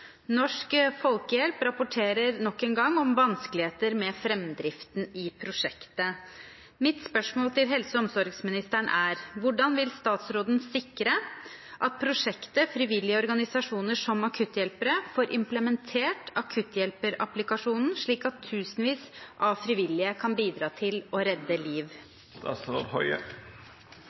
Norsk Folkehjelp rapporterer nok en gang om vanskeligheter med framdriften i prosjektet. Mitt spørsmål til helse- og omsorgsministeren er: Hvordan vil statsråden sikre at prosjektet «Frivillige organisasjoner som akutthjelpere» får implementert akutthjelperapplikasjonen, slik at tusenvis av frivillige kan bidra til å redde liv?»